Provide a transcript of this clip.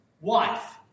wife